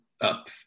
up